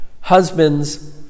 husbands